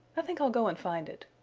i think i'll go and find it.